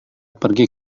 pergi